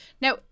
Now